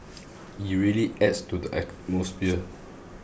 it really adds to the atmosphere